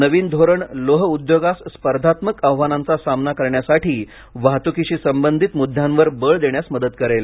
नवीन धोरण लोह उद्योगास स्पर्धात्मक आव्हानांचा सामना करण्यासाठी वाहतुकीशी संबंधित मुद्यांवर बळ देण्यास मदत करेल